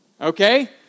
Okay